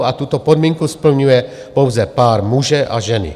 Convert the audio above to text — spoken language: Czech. A tuto podmínku splňuje pouze pár muže a ženy.